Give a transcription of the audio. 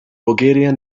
bulgaria